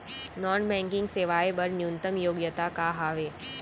Non banking सेवाएं बर न्यूनतम योग्यता का हावे?